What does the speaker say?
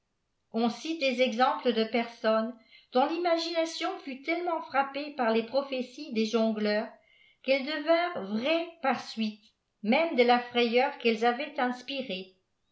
oii cite dès exemples de personnes dont l'imagination ftit tellement fraj pée par les prophéties des jongleiirs qu'elles devinrent vraies par uite même de la frayeuf qu'elles avaient inspirée